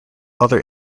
other